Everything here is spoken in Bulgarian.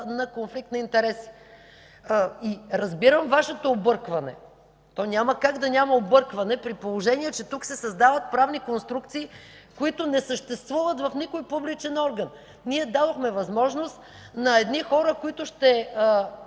на конфликт на интереси. Разбирам Вашето объркване. Няма как да няма объркване, при положение че тук се създават правни конструкции, които не съществуват в никой публичен орган. Ние дадохме възможност на едни хора, които ще